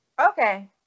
Okay